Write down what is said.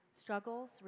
struggles